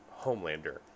Homelander